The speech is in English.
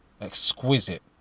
Exquisite